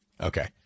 Okay